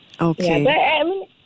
Okay